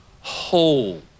whole